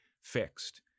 fixed